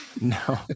no